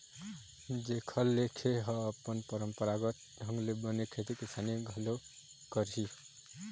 जेखर ले खे ह अपन पंरापरागत ढंग ले बने खेती किसानी घलोक करही